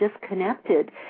disconnected